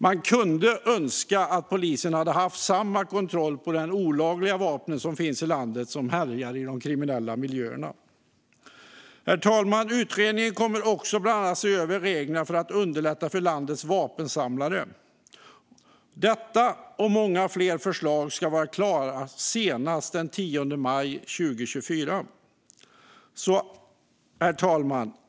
Man kunde önska att polisen hade haft samma kontroll på de olagliga vapen som finns i landet bland dem som härjar i de kriminella miljöerna. Herr talman! Utredningen kommer också bland annat att se över reglerna för att underlätta för landets vapensamlare. Detta och många fler förslag ska vara klara senast den 10 maj 2024. Herr talman!